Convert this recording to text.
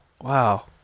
wow